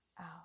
out